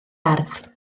ardd